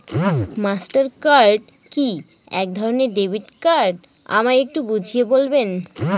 Master card কি একধরণের debit card আমায় একটু বুঝিয়ে বলবেন?